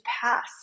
pass